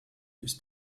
ist